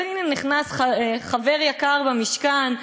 אבל הנה נכנס חבר יקר במשכן,